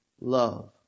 love